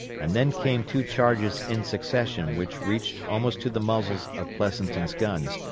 and then came two charges in succession which reached almost to the muzzles of pleasonton's guns,